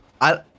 I-